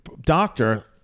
doctor